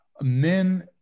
Men